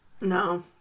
No